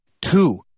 Two